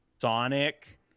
Sonic